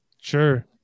Sure